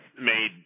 made